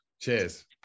Cheers